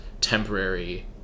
temporary